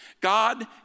God